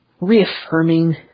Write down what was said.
reaffirming